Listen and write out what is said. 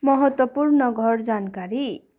महत्त्वपूर्ण घर जानकारी